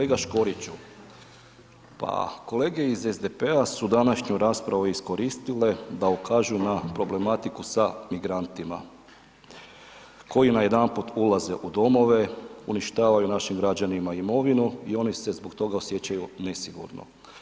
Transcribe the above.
Kolega Škvoriću, pa kolege iz SDP-a su današnju raspravu iskoristile da ukažu na problematiku sa migrantima koji najedanput ulaze u domove, uništavaju našim građanima imovinu i oni se zbog toga osjećaju nesigurno.